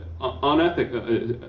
unethical